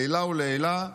לעילא ולעילא,